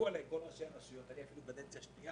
מה שמעלה את המדד אלה אותם אנשים מסכנים שקנו את